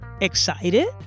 excited